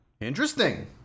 Interesting